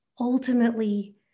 ultimately